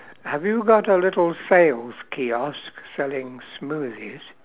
have you got a little sales kiosk selling smoothies